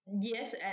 Yes